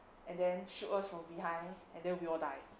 and then shoot us from behind and then we all die